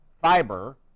fiber